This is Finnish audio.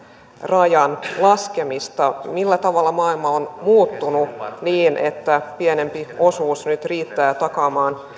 rajan laskemista millä tavalla maailma on muuttunut niin että pienempi osuus nyt riittää takaamaan